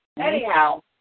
Anyhow